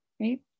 right